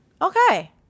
Okay